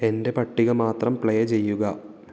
എൻ്റെ പട്ടിക മാത്രം പ്ലേ ചെയ്യുക